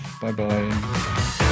Bye-bye